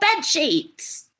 bedsheets